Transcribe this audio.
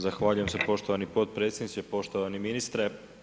Zahvaljujem se poštovani potpredsjedniče, poštovani ministre.